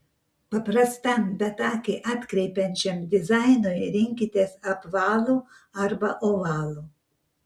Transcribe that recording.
paprastam bet akį atkreipiančiam dizainui rinkitės apvalų arba ovalų